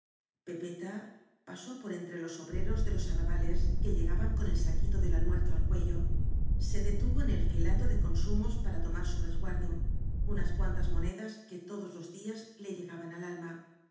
pepeta pasó por entre los obreros de los arrabales que llegaban con el saquito del almuerzo al cuello se detuvo en el fielato de consumos para tomar su resguardo unas cuantas mone das que todos los días le llegaban al almay